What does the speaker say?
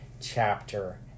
chapter